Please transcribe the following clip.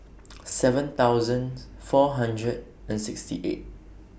seven thousand four hundred and sixty eight